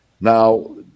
Now